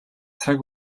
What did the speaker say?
цаг